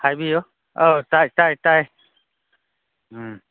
ꯍꯥꯏꯕꯤꯌꯨ ꯑꯥꯎ ꯇꯥꯏ ꯇꯥꯏ ꯇꯥꯏ ꯎꯝ